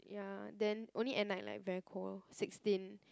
ya then only at night like very cold sixteen